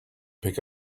pick